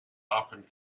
often